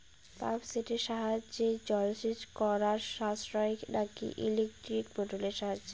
Pump সেটের সাহায্যে জলসেচ করা সাশ্রয় নাকি ইলেকট্রনিক মোটরের সাহায্যে?